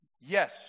Yes